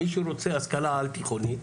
מי שרוצה השכלה על תיכונית